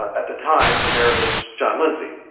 at the time, the mayor was john lindsay,